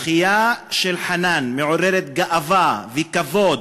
הזכייה של חנאן מעוררת גאווה וכבוד,